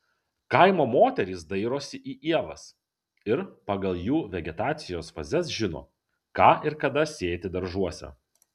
kaimo moterys dairosi į ievas ir pagal jų vegetacijos fazes žino ką ir kada sėti daržuose